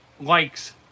likes